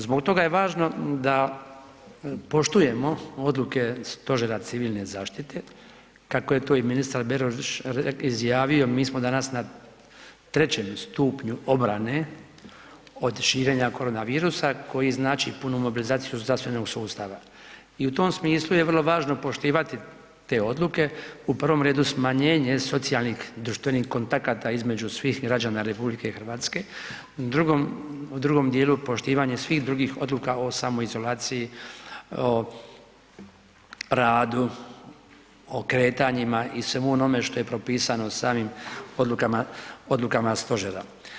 Zbog toga je važno da poštujemo odluke Stožera civilne zaštite kako je to i ministar Beroš izjavio mi smo danas na trećem stupnju obrane od širenja korona virusa koji znači punu mobilizaciju zdravstvenog sustava, i u tom smislu je vrlo važno poštovati te odluke, u prvom redu smanjenje socijalnih društvenih kontakata između svih građana Republike Hrvatske, u drugom dijelu poštivanje svih drugih odluka o samoizolaciji, o radu, o kretanjima i svemu onome što je propisano samim odlukama, odlukama Stožera.